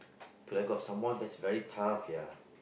to lack of some more that's very tough ya